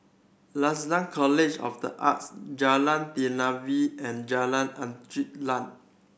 Lasalle College of The Arts Jalan Telawi and Jalan Angin Laut